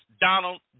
Donald